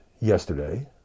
yesterday